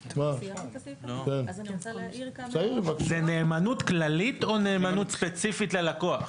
זה נאמנות כללית או נאמנות ספציפית ללקוח?